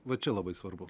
va čia labai svarbu